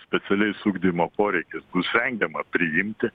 specialiais ugdymo poreikiais bus vengiama priimti